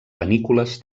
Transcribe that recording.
panícules